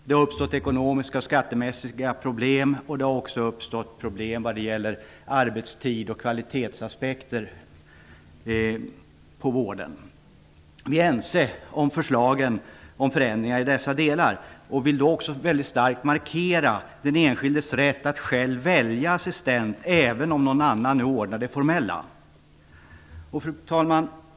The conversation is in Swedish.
Det har uppstått ekonomiska och skattemässiga problem, och det har också uppstått problem när det gäller arbetstids och kvalitetsaspekter på vården. Vi är ense om förslagen om förändringar i dessa delar, och vi vill också starkt markera den enskildes rätt att själv välja assistent även om någon annan ordnar det formella.